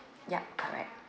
yup correct